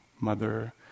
mother